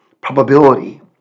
probability